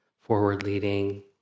forward-leading